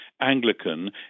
Anglican